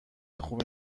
خوبی